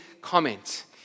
comment